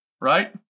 right